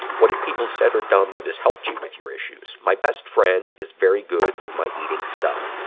what have people said or done that has helped you with your issues? my best friend is very good with my eating stuff.